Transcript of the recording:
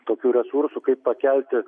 tokių resursų kaip pakelti